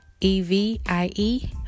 E-V-I-E